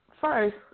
first